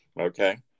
Okay